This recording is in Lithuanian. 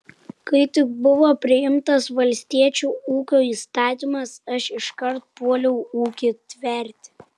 kai tik buvo priimtas valstiečių ūkio įstatymas aš iškart puoliau ūkį tverti